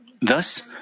Thus